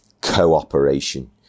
cooperation